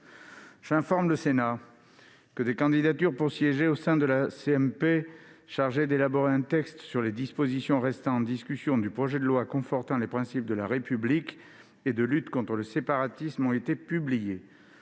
J'informe le Sénat que des candidatures pour siéger au sein de la commission mixte paritaire chargée d'élaborer un texte sur les dispositions restant en discussion du projet de loi confortant les principes de la République et de lutte contre le séparatisme ont été publiées.